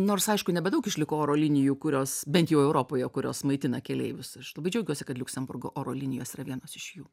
nors aišku nebedaug išliko oro linijų kurios bent jau europoje kurios maitina keleivius aš labai džiaugiuosi kad liuksemburgo oro linijos yra vienos iš jų